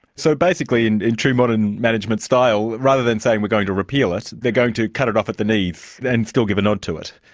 so, basically in in true modern management style, rather than saying we're going to repeal it they're going to cut it off at the knees, and still give a nod to it.